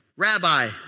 Rabbi